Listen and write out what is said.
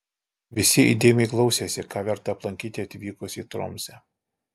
visi įdėmiai klausėsi ką verta aplankyti atvykus į tromsę